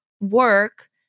work